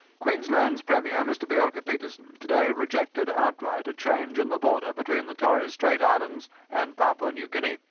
queensland's premier, mr bjelke-petersen, today rejected outright a change in the border between the torres strait islands and papua-new guinea.